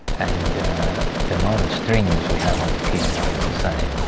and the amount of strings we have on the piano is the same.